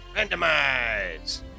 Randomize